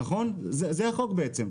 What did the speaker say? נכון זה בעצם החוק.